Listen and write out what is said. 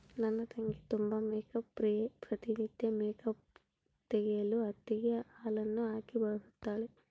ನನ್ನ ತಂಗಿ ತುಂಬಾ ಮೇಕ್ಅಪ್ ಪ್ರಿಯೆ, ಪ್ರತಿ ನಿತ್ಯ ಮೇಕ್ಅಪ್ ತೆಗೆಯಲು ಹತ್ತಿಗೆ ಹಾಲನ್ನು ಹಾಕಿ ಬಳಸುತ್ತಾಳೆ